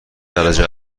درجه